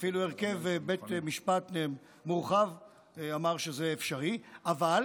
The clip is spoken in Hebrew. אפילו הרכב בית משפט מורחב אמר שזה אפשרי, אבל